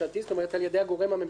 כלומר על-יד הגורם הממשלתי,